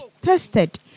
tested